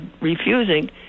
refusing